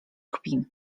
kpin